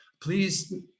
please